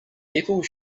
people